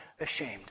ashamed